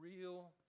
real